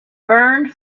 burned